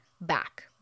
back